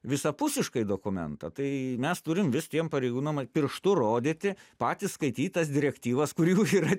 visapusiškai dokumentą tai mes turim vis tiem pareigūnam pirštu rodyti patys skaityt tas direktyvas kurių yra